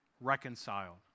reconciled